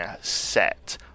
set